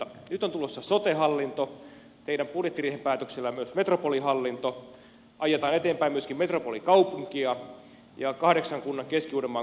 nyt on tulossa sote hallinto teidän budjettiriihen päätöksellä myös metropolihallinto aiotaan viedä eteenpäin myöskin metropolikaupunkia ja kahdeksan kunnan keski uudenmaan kuntaliitosta